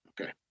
okay